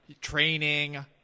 training